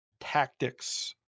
tactics